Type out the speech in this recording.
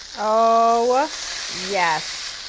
oh yes!